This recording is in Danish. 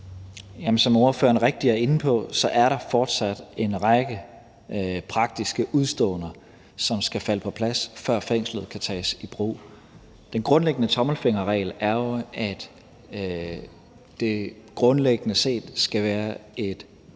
er inde på, er der fortsat en række praktiske udeståender, som skal falde på plads, før fængslet kan tages i brug. Tommelfingerreglen er jo, at det grundlæggende set skal være de